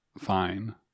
fine